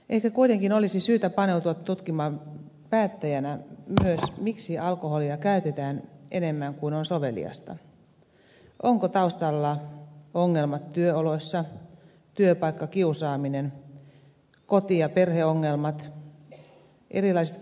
ehkä kuitenkin olisi syytä paneutua tutkimaan päättäjänä myös miksi alkoholia käytetään enemmän kuin on soveliasta onko taustalla ongelmat työoloissa työpaikkakiusaaminen koti ja perheongelmat erilaiset kiputilat